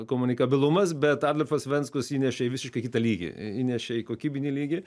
komunikabilumas bet adolfas venskus įnešė į visiškai kitą lygį įnešė į kokybinį lygį